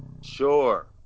Sure